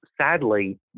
sadly